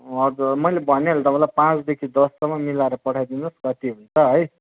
हजुर मैले भनिहालेँ तपाईँलाई पाँचदेखि दससम्म मिलाएर पठाइदिनु होस् जति हुन्छ है